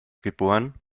geboren